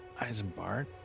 Eisenbart